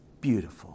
beautiful